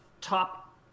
top